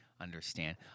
understand